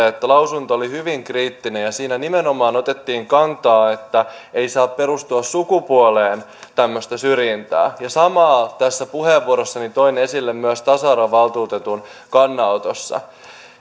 että lausunto oli hyvin kriittinen ja siinä nimenomaan otettiin kantaa että ei saa perustua sukupuoleen tämmöistä syrjintää ja samaa tässä puheenvuorossani toin esille myös tasa arvovaltuutetun kannanotosta